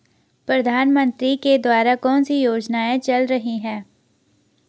प्रधानमंत्री के द्वारा कौनसी योजनाएँ चल रही हैं?